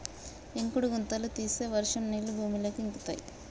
ఇంకుడు గుంతలు తీస్తే వర్షం నీళ్లు భూమిలోకి ఇంకుతయ్